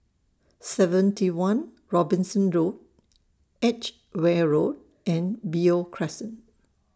seventy one Robinson Road Edgware Road and Beo Crescent